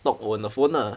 talk on the phone lah